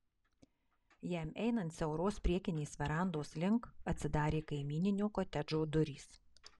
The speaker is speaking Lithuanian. jam einant siauros priekinės verandos link atsidarė kaimyninio kotedžo durys